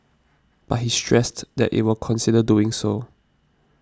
but he stressed that it will consider doing so